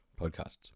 podcasts